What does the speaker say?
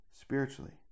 spiritually